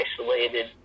isolated